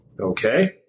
Okay